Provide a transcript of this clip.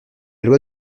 loi